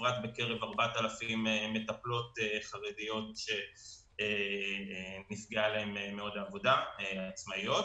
בפרט בקרב 4,000 מטפלות חרדיות שנפגעה להן מאוד העבודה כי הן עצמאיות.